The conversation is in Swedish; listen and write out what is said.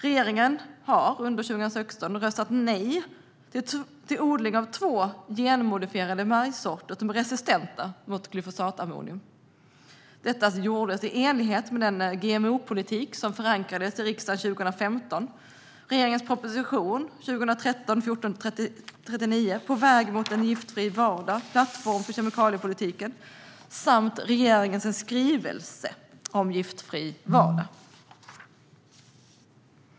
Regeringen har under 2016 röstat nej till odling av två genmodifierade majssorter som är resistenta mot glufosinatammonium. Detta gjordes i enlighet med den GMO-politik som förankrades i riksdagen 2015, regeringens proposition 2013/14:39 På väg mot en giftfri vardag - plattform för kemikaliepolitiken och regeringens skrivelse Giftfri vardag .